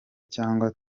canke